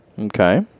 Okay